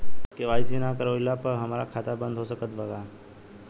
KYC ना करवाइला पर हमार खाता बंद हो सकत बा का?